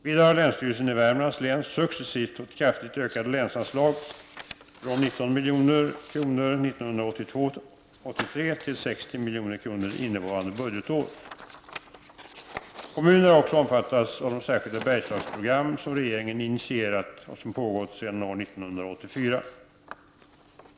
Vidare har länsstyrelsen i Värmlands län successivt fått kraftigt ökade länsanslag, från 19 milj.kr. 1982/83 till 60 milj.kr. innevarande budgetår. Kommunerna har också omfattats av de särskilda Bergslagsprogram som regeringen initierat och som pågått sedan år 1984.